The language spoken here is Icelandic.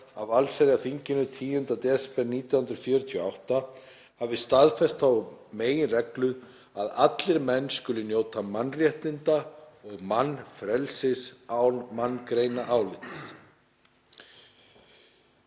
af allsherjarþinginu 10. desember 1948, hafi staðfest þá meginreglu að allir menn skuli njóta mannréttinda og mannfrelsis án manngreinarálits.